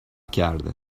کرده